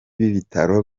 b’ibitaro